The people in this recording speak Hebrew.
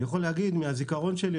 אני יכול להגיד מהזיכרון שלי,